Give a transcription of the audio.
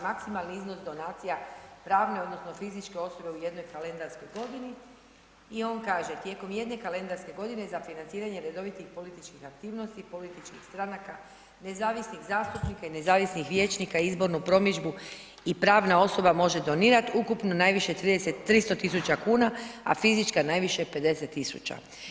Maksimalni iznos donacija pravne odnosno fizičke osobe u jednoj kalendarskoj godini i on kaže, tijekom jedne kalendarske godine za financiranje redovitih političkih aktivnosti, političkih stranaka, nezavisnih zastupnika i nezavisnih vijećnika, izbornu promidžbu i pravna osoba može donirat ukupno najviše 300.000 kuna, a fizička najviše 50.000.